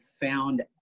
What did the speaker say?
found